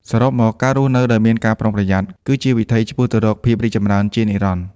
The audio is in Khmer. សរុបមក ការរស់នៅដោយមានការប្រុងប្រយ័ត្ន គឺជាវិថីឆ្ពោះទៅរកភាពរីកចម្រើនជានិរន្តរ៍។